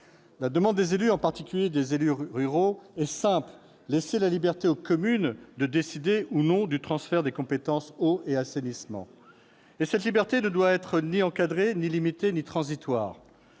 La demande des élus, en particulier des élus ruraux, est simple : laisser la liberté aux communes de décider ou non du transfert des compétences « eau » et « assainissement ». Et cette liberté ne doit être ni encadrée, ni limitée, ni transitoire